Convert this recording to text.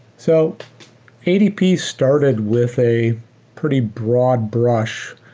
so adp started with a pretty broad brush.